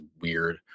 weird